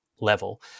level